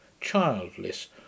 childless